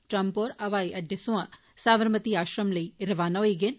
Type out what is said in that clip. Trump होर हवाई अड्डे थमां सावरमती आश्रम लेई रवाना होई गे न